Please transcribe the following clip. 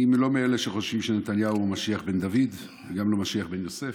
אני לא מאלה שחושבים שנתניהו משיח בן דוד וגם לא משיח בן יוסף,